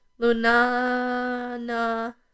Lunana